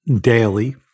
daily